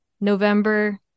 November